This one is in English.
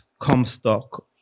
Comstock